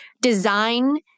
design